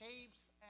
shapes